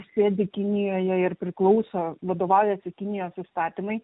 sėdi kinijoje ir priklauso vadovaujasi kinijos įstatymai